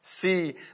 See